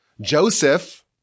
Joseph